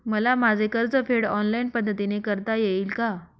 मला माझे कर्जफेड ऑनलाइन पद्धतीने करता येईल का?